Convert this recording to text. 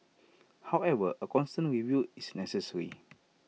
however A constant review is necessary